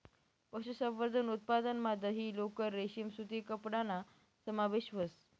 पशुसंवर्धन उत्पादनमा दही, लोकर, रेशीम सूती कपडाना समावेश व्हस